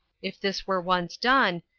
if this were once done,